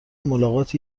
ملاقات